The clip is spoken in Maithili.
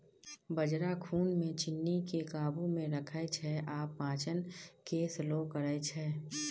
बजरा खुन मे चीन्नीकेँ काबू मे रखै छै आ पाचन केँ स्लो करय छै